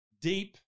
deep